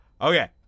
Okay